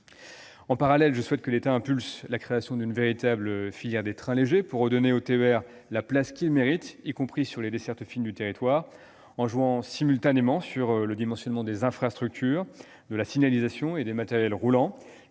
En parallèle, je souhaite que l'État impulse la création d'une véritable filière de « trains légers », pour redonner au TER la place qu'il mérite, y compris sur des dessertes fines des territoires. En jouant simultanément sur le dimensionnement des infrastructures, de la signalisation et des matériels roulants,